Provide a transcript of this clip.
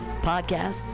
podcasts